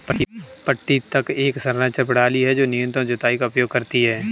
पट्टी तक एक संरक्षण प्रणाली है जो न्यूनतम जुताई का उपयोग करती है